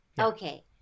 Okay